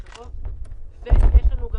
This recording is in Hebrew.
ואם תרצו אחר כך אנחנו נרחיב.